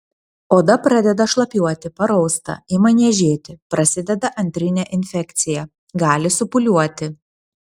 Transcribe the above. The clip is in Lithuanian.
oda pradeda šlapiuoti parausta ima niežėti prasideda antrinė infekcija gali supūliuoti